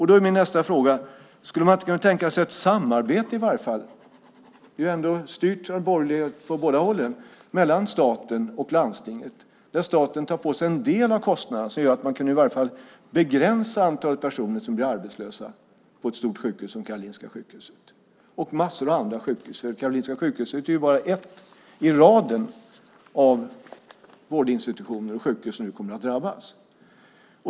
Då är min nästa fråga: Skulle man inte kunna tänka sig ett samarbete - det är ju ändå borgerligt styrt på båda hållen - mellan staten och landstinget? Staten skulle kunna ta på sig en del av kostnaderna så att man i alla fall skulle kunna begränsa antalet personer som blir arbetslösa på ett stort sjukhus som Karolinska sjukhuset och på massor av andra sjukhus. Karolinska sjukhuset är ju bara ett i raden av vårdinstitutioner och sjukhus som nu kommer att drabbas.